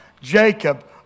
Jacob